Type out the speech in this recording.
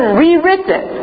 rewritten